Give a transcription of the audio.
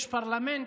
יש פרלמנט,